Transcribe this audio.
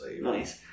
Nice